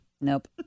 Nope